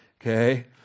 okay